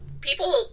people